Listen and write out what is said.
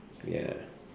ya